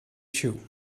shoe